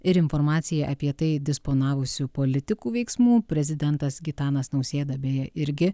ir informacija apie tai disponavusių politikų veiksmų prezidentas gitanas nausėda beje irgi